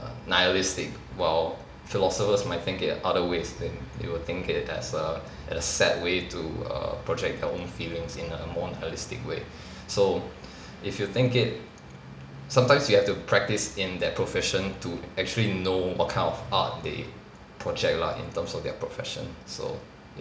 nihilistic while philosophers might think it other ways then they will think it as a as a sad way to err project their own feelings in a more nihilistic way so if you think it sometimes you have to practise in that profession to actually know what kind of art they project lah in terms of their profession so